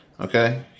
Okay